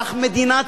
כך מדינת